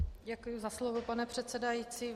Děkuji za slovo, pane předsedající.